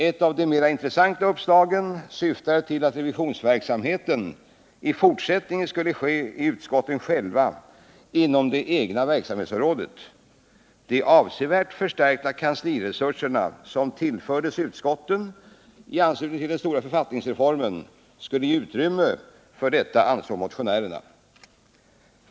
Ett av de mera intressanta uppslagen syftade till att revisionsverksamheten i fortsättningen skulle bedrivas av utskotten själva inom det egna verksamhetsområdet. De avsevärt förstärkta kansliresurser som tillfördes utskotten i anslutning till författningsreformen skulle ge utrymme för detta, ansåg motionärerna.